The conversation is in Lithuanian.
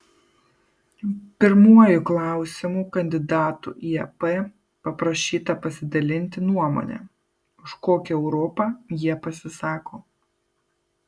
pirmuoju klausimu kandidatų į ep paprašyta pasidalinti nuomone už kokią europą jie pasisako